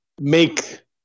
make